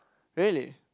really